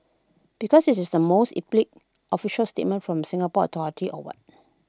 because is this the most epic official statement from A Singapore authority or what